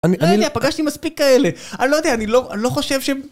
אני לא יודע, פגשתי מספיק כאלה, אני לא יודע, אני לא חושב ש...